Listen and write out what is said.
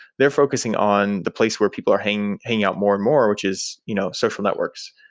they're focusing on the place where people are hanging hanging out more and more, which is you know social networks,